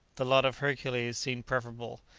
the lot of hercules seemed preferable,